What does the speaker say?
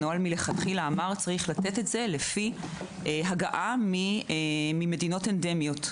הנוהל אומר שצריך לתת את זה לפי הגעה ממדינות אנדמיות.